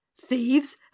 Thieves